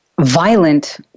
violent